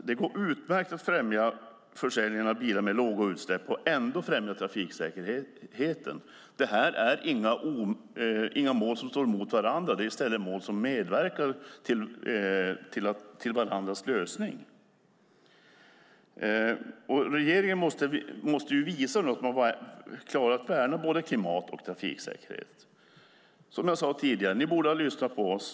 Det går utmärkt att främja försäljningen av bilar med låga utsläpp och ändå förändra trafiksäkerheten. Det här är inga mål som står emot varandra. Det är i stället mål som medverkar till varandras lösning. Regeringen måste visa att den klarar att värna både klimat och trafiksäkerhet. Som jag sade tidigare borde ni ha lyssnat på oss.